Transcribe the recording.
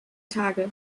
tage